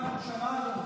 שמענו, שמענו.